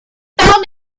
found